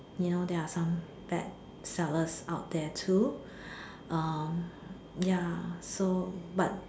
you know there are some bad sellers out there too um ya so but